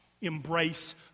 embrace